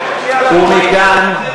ומכאן,